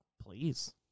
please